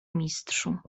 mistrzu